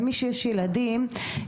ומי שיש להם ילדים יודעים,